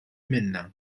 minnha